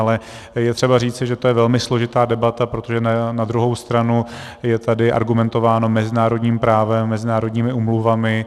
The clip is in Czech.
Ale je třeba říci, že to je velmi složitá debata, protože na druhou stranu je tady argumentováno mezinárodním právem, mezinárodními úmluvami.